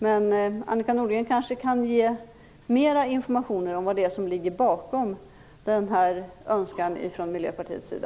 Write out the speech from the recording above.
Men Annika Nordgren kanske kan ge mera information om vad det är som ligger bakom denna önskan från Miljöpartiets sida.